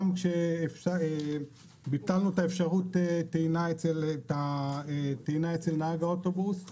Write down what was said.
גם כשביטלנו את אפשרות הטעינה אצל נהג האוטובוס,